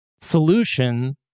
solution